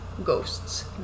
Ghosts